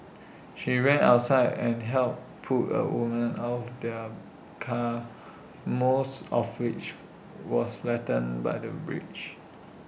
she ran outside and helped pull A woman out of their car most of which was flattened by the bridge